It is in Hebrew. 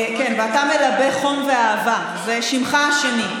כן, ואתה מלבה חום ואהבה, זה שמך השני.